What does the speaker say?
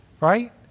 Right